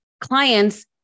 clients